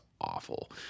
awful